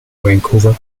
vancouver